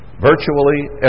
virtually